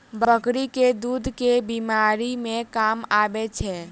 बकरी केँ दुध केँ बीमारी मे काम आबै छै?